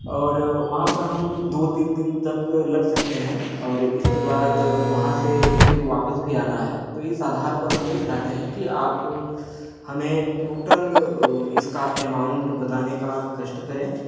और वहाँ पर हम दो तीन दिन तक लग सकते हैं और इसके बाद वहाँ से फिर वापस भी आना है तो इस आधार पर हम ये चाहते हैं कि आप हमें टोटल अ इसका एमाउंट बताने का कष्ट करें